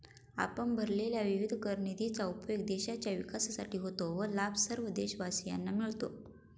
आपण भरलेल्या विविध कर निधीचा उपयोग देशाच्या विकासासाठी होतो व लाभ सर्व देशवासियांना मिळतो